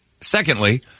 Secondly